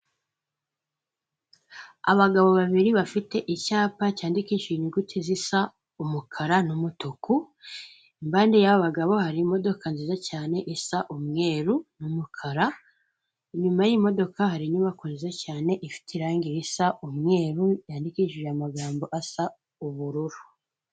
Abagabo babiri bafite icyapa cyandikisha inyuguti zisa umukara n'u mutuku, imbande yabagabo hari imodoka nziza cyane isa umweru mu umukara, inyuma y'imodoka hari inyubako nziza cyane ifite irangi risa umweru yandikishije amagambo asa ubururu.